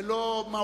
לא טקסי ולא מהותי,